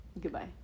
Goodbye